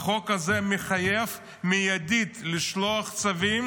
והחוק הזה מחייב מיידית לשלוח צווים